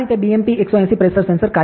આ રીતે BMP 180 pressure sensor કાર્ય કરે છે